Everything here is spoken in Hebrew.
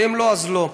ואם לא, אז לא.